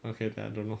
okay then I don't know